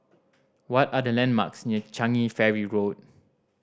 what are the landmarks near Changi Ferry Road